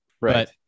Right